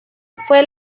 fue